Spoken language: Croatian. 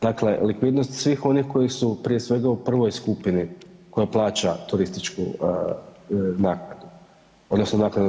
Dakle, likvidnost onih koji su prije svega u prvoj skupini koja plaća turističku naknadu odnosno naknadu TZ.